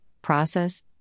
process